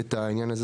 את העניין הזה.